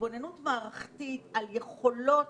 בהתבוננות מערכתית על יכולות